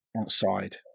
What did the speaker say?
outside